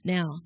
Now